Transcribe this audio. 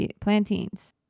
Plantains